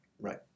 right